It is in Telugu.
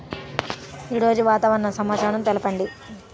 ఈరోజు వాతావరణ సమాచారం తెలుపండి